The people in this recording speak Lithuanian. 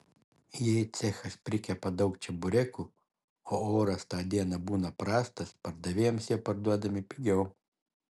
jei cechas prikepa daug čeburekų o oras tą dieną būna prastas pardavėjams jie parduodami pigiau